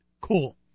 cool